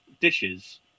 dishes